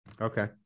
Okay